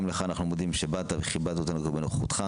גם לך אנחנו מודים שבאת וכיבדת אותנו בנוכחותך.